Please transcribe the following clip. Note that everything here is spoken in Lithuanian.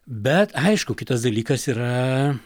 bet aišku kitas dalykas yra